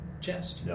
chest